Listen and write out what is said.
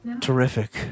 Terrific